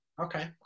okay